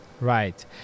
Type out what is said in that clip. right